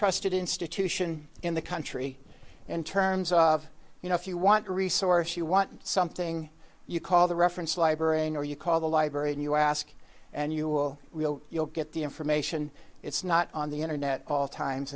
trusted institution in the country in terms of you know if you want a resource you want something you call the reference librarian or you call the library and you ask and you will real you'll get the information it's not on the internet all times